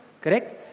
Correct